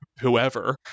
whoever